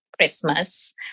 Christmas